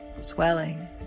swelling